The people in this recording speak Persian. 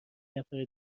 نفر